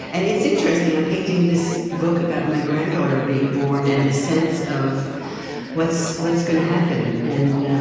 and it's interesting. i'm painting this book about my granddaughter being born and this sense of what's what's going to happen and